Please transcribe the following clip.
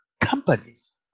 companies